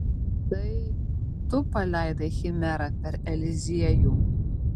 tai tu paleidai chimerą per eliziejų